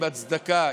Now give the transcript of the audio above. עם הצדקה,